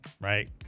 right